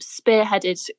spearheaded